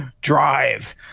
drive